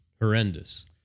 horrendous